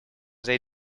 they